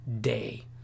day